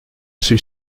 suis